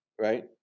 right